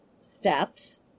steps